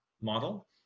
model